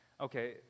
Okay